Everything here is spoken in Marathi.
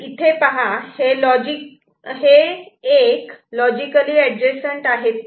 इथे पाहू हे 1 लॉजिकली एडजसंट आहेत का